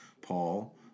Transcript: paul